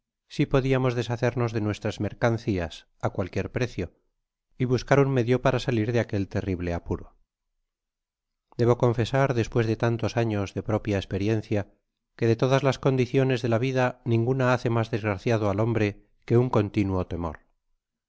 si podiamos deshacernos de nuestras mercancias á cualquier precio y buscar un medio para salir de aquel terrible apuro debo confesar despues de tantos años de propia esperiencia quede todas las condiciones de la vida ninguna hace mas desgraciado al hombre que un continuo temor